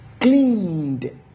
Cleaned